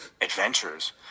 adventures